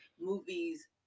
movies